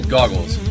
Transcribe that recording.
Goggles